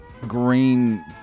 green